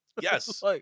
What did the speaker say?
Yes